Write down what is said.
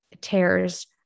tears